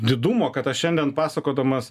didumo kad aš šiandien pasakodamas